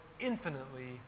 infinitely